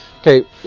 Okay